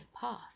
path